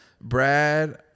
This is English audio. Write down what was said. Brad